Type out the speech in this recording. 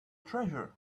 treasure